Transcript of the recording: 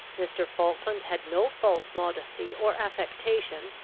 mr. falkland had no false modesty or affectation,